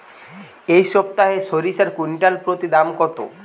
এই সপ্তাহে সরিষার কুইন্টাল প্রতি দাম কত?